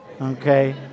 okay